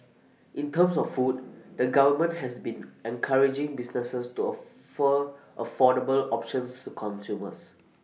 in terms of food the government has been encouraging businesses to offer affordable options to consumers